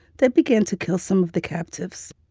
they began to kill some of the captives.